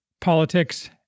politics